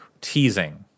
teasing